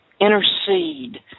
intercede